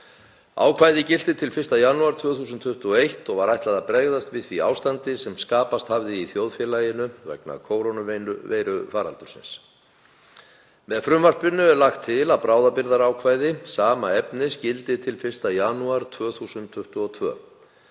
Ákvæðið gilti til 1. janúar 2021 og var ætlað að bregðast við því ástandi sem skapast hafði í þjóðfélaginu vegna kórónuveirufaraldursins. Með frumvarpinu er lagt til að bráðabirgðaákvæði sama efnis gildi til 1. janúar 2022.